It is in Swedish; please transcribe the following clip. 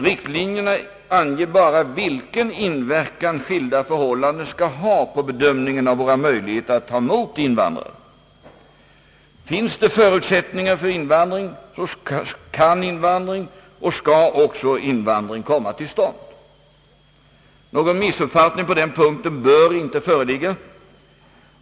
Riktlinjerna anger bara vilken inverkan skilda förhållanden skall ha på bedömningen av våra möjligheter att ta emot invandrarna. Finns det förutsättningar för in vandring, så kan och skall också invandring komma till stånd. Någon missuppfattning på den punkten bör inte föreligga.